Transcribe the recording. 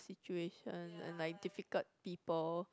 situation and like difficult people